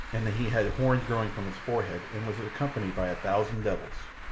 and that he had horns growing from his forehead, and was accompanied by a thousand devils.